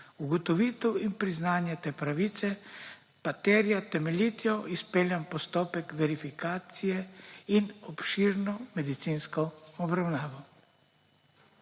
Ugotovitev in priznanje te pravice pa terjata temeljito izpeljan postopek verifikacije in obširno medicinsko obravnavo.